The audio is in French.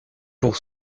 pour